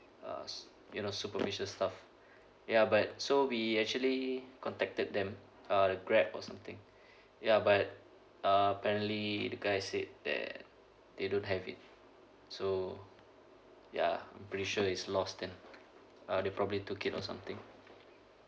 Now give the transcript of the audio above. uh you know superficial stuff ya but so we actually contacted them uh grab or something ya but uh apparently the guy said that they don't have it so ya pretty sure it's lost then uh they probably took it or something